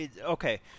Okay